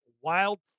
wild